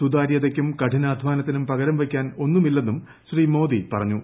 സുതാര്യതയ്ക്കും കഠിനാധാനത്തിനും പകരം വയ്ക്കാനൊന്നുമില്ലെന്നും ശ്രീ മോദി പറഞ്ഞു